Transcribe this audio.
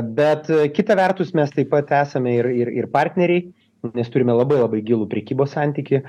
bet kita vertus mes taip pat esame ir ir ir partneriai nes turime labai labai gilų prekybos santykį